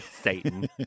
Satan